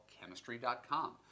chemistry.com